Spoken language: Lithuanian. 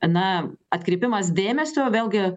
na atkreipimas dėmesio vėlgi